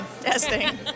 Testing